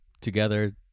together